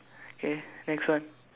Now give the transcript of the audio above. K next one